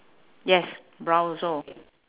yes brown also